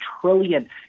trillion